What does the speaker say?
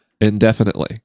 indefinitely